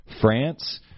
France